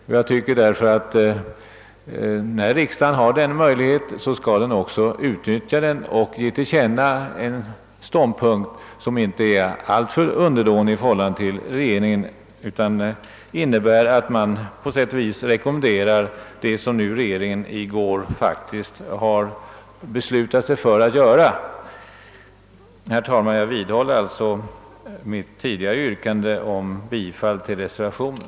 Riksdagen bör en ligt min mening utnyttja sin rätt att tycka något om saken och tillkännage en ståndpunkt som inte är alltför underdånig i förhållande till regeringen utan som innebär att man på sätt och vis rekommenderar regeringen att göra det som regeringen i går faktiskt beslutade att göra. Herr talman! Jag vidhåller alltså mitt tidigare yrkande om bifall till reservationen.